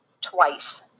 twice